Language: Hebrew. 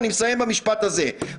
ואני מסיים במשפט הזה,